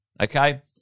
Okay